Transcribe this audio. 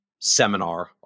seminar